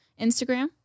Instagram